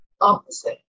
opposite